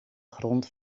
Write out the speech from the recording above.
grond